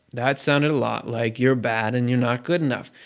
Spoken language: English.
that sounded a lot like you're bad and you're not good enough.